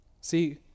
See